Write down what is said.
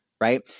right